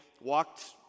walked